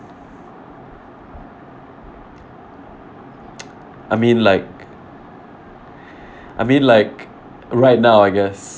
I mean like I mean like right now I guess